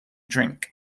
drink